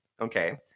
okay